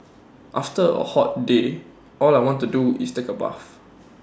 after A hot day all I want to do is take A bath